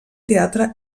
teatre